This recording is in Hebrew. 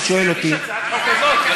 אם אתה שואל אותי, תגיש הצעת חוק כזאת.